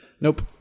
nope